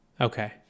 Okay